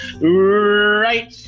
Right